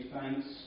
thanks